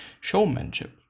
showmanship